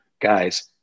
guys